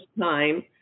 time